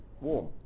warm